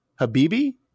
Habibi